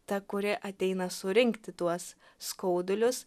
ta kuri ateina surinkti tuos skaudulius